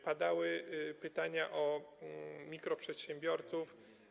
Padały pytania o mikroprzedsiębiorców.